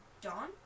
dawn